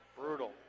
Brutal